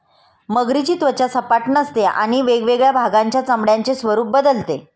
मगरीची त्वचा सपाट नसते आणि वेगवेगळ्या भागांच्या चामड्याचे स्वरूप बदलते